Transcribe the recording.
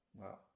Wow